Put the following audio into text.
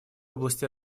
области